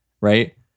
Right